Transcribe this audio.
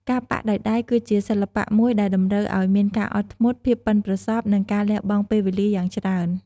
ការប៉ាក់ដោយដៃ គឺជាសិល្បៈមួយដែលតម្រូវឱ្យមានការអត់ធ្មត់ ភាពប៉ិនប្រសប់ និងការលះបង់ពេលវេលាយ៉ាងច្រើន។